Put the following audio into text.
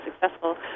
successful